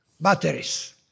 batteries